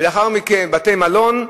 לאחר מכן בתי-מלון,